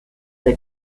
the